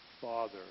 Father